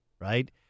right